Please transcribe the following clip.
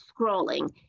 scrolling